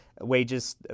wages